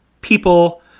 people